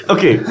Okay